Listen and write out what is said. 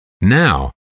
Now